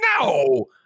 no